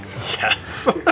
Yes